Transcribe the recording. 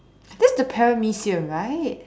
this is the paramesean right